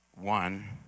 one